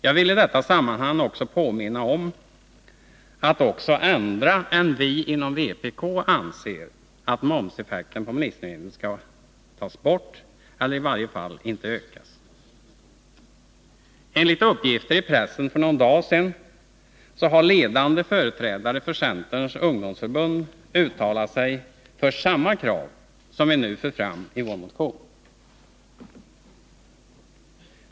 Jag vill i detta sammanhang också påminna om att även andra än vi inom vpk anser att momseffekten på livsmedel skall tas bort eller i varje fall inte ökas. Enligt uppgifter i pressen för någon dag sedan har en ledande företrädare för Centerns ungdomsförbund uttalat sig för samma krav som vi nu för fram i vår motion.